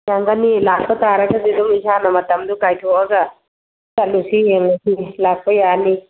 ꯅꯪꯒꯅꯤ ꯂꯥꯛꯄ ꯇꯥꯔꯒꯗꯤ ꯑꯗꯨꯝ ꯏꯁꯥꯅ ꯃꯇꯝꯗꯨ ꯀꯥꯏꯊꯣꯛꯑꯒ ꯆꯠꯂꯨꯁꯤ ꯌꯦꯡꯉꯨꯁꯤ ꯂꯥꯛꯄ ꯌꯥꯅꯤ